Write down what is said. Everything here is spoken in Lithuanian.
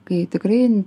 kai tikrai